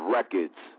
Records